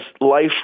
life